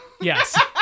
Yes